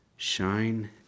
Shine